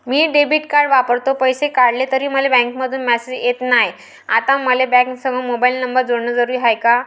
मी debit card वापरतो, पैसे काढले तरी मले बँकेमंधून मेसेज येत नाय, आता मले बँकेसंग मोबाईल नंबर जोडन जरुरीच हाय का?